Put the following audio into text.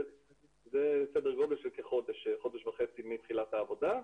זה סדר גודל של חודש, חודש וחצי מתחילת העבודה,